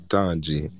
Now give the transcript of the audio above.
Donji